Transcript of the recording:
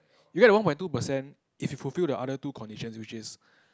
you get one point two percent if you fulfill the other two conditions which is